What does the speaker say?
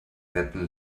retten